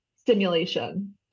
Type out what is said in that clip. stimulation